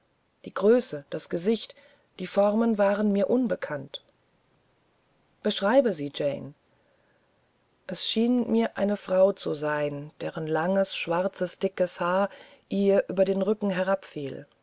die größe das gesicht die formen waren mir unbekannt beschreibe sie jane es schien mir eine frau zu sein deren langes schwarzes dickes haar ihr über den rücken